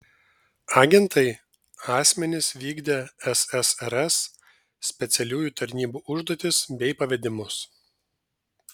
agentai asmenys vykdę ssrs specialiųjų tarnybų užduotis bei pavedimus